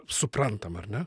suprantam ar ne